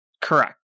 Correct